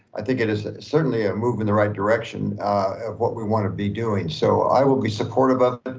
i think it is certainly a move in the right direction of what we wanna be doing. so i will be supportive of